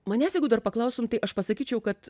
manęs jeigu dar paklaustum tai aš pasakyčiau kad